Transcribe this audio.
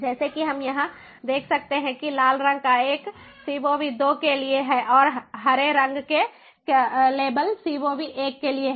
जैसा कि हम यहाँ देख सकते हैं कि लाल रंग का एक CoV II के लिए है और हरे रंग के लेबल CoV I के लिए हैं